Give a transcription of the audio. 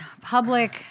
public